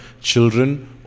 Children